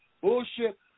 bullshit